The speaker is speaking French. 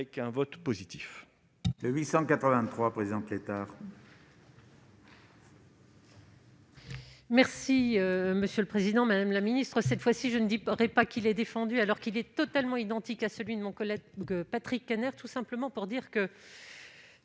un vote positif.